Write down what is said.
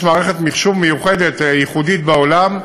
מערכת מחשוב מיוחדת, ייחודית בעולם,